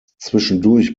zwischendurch